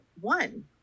one